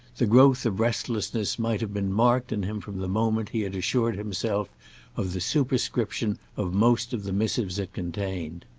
the growth of restlessness might have been marked in him from the moment he had assured himself of the superscription of most of the missives it contained.